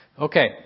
Okay